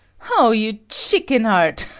o, you chicken-heart,